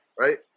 right